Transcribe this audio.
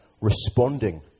responding